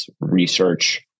research